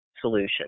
solution